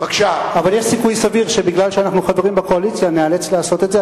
אבל יש סיכוי סביר שמפני שאנחנו חברים בקואליציה ניאלץ לעשות את זה.